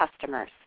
customers